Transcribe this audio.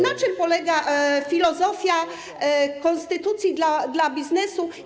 Na czym polega filozofia konstytucji dla biznesu?